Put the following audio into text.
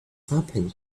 weapon